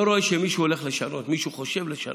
לא רואה, שמישהו הולך לשנות, שמישהו חושב לשנות.